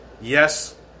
Yes